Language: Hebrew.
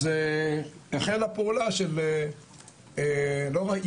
אז החלה פעולה של לא רק איומים,